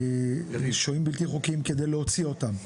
השוהים הבלתי חוקיים כדי להוציא אותם,